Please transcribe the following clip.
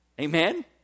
Amen